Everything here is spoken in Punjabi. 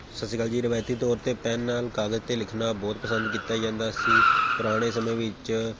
ਸਤਿ ਸ਼੍ਰੀ ਅਕਾਲ ਜੀ ਰਿਵਾਇਤੀ ਤੌਰ 'ਤੇ ਪੈੱਨ ਨਾਲ ਕਾਗਜ਼ 'ਤੇ ਲਿਖਣਾ ਬਹੁਤ ਪਸੰਦ ਕੀਤਾ ਜਾਂਦਾ ਸੀ ਪੁਰਾਣੇ ਸਮੇਂ ਵਿੱਚ